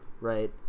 right